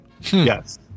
Yes